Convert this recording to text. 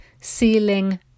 Ceiling